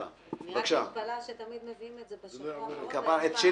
אני רק מתפלאה שתמיד מביאים את זה בשבוע האחרון --- את שלי